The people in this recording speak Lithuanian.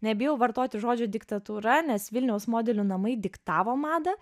nebijau vartoti žodžio diktatūra nes vilniaus modelių namai diktavo madą